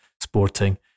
Sporting